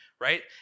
right